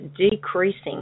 decreasing